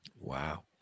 Wow